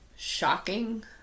Shocking